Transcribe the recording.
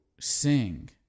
sing